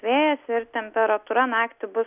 pūs apysmarkis vėjas ir temperatūra naktį bus